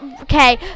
Okay